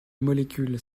molécules